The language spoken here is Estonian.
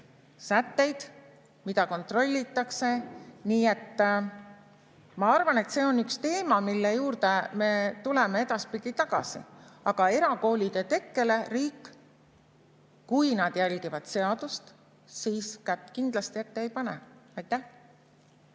sätteid, mida kontrollitakse. Nii et ma arvan, et see on üks teema, mille juurde me tuleme edaspidi tagasi. Aga erakoolide tekkele riik, kui nad järgivad seadust, kätt kindlasti ette ei pane. Jaa,